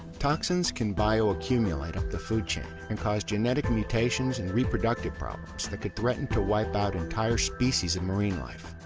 toxins can bioaccumulate up the food chain and cause genetic mutations and reproductive problems could threaten to wipe out entire species of marine life.